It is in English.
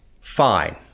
Fine